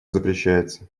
запрещается